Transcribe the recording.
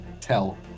tell